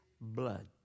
blood